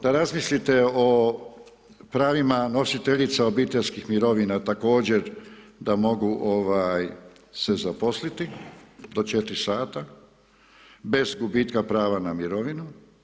Da razmislite o pravima nositeljica obiteljskih mirovina također da mogu se zaposliti do 4 sata bez gubitka prava na mirovinu.